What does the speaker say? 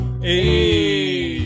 Hey